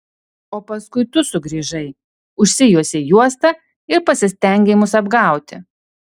o paskui tu sugrįžai užsijuosei juostą ir pasistengei mus apgauti